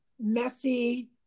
messy